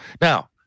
Now